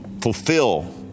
fulfill